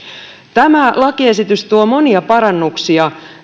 tämä lakiesitys tuo monia parannuksia